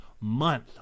month